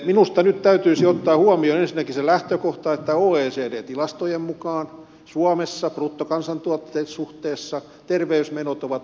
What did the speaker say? minusta nyt täytyisi ottaa huomioon ensinnäkin se lähtökohta että oecd tilastojen mukaan suomessa bruttokansantuotteen suhteessa terveysmenot ovat alhaisimpia